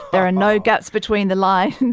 there are no gaps between the lines. and